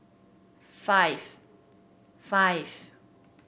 five five